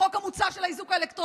שבישראל מותר לשאול ילד?